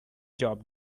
job